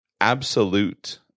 absolute